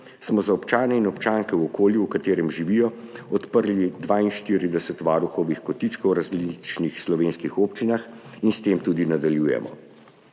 smo za občane in občanke v okolju, v katerem živijo, odprli 42 varuhovih kotičkov v različnih slovenskih občinah in s tem tudi nadaljujemo.